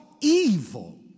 evil